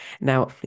Now